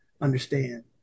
understand